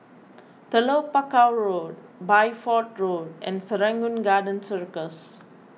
Telok Paku Road Bideford Road and Serangoon Garden Circus